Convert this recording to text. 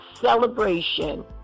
celebration